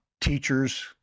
teachers